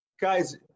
Guys